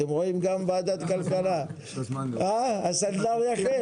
אתם רואים, גם ועדת כלכלה, הסנדלר הולך יחף.